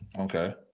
Okay